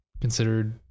considered